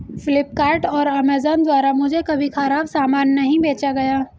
फ्लिपकार्ट और अमेजॉन द्वारा मुझे कभी खराब सामान नहीं बेचा गया